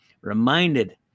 reminded